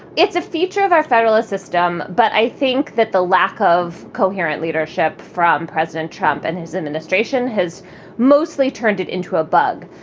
it's a feature of our federal system but i think that the lack of coherent leadership from president trump and his administration has mostly turned it into a bug.